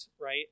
right